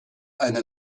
eine